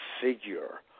figure